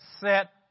set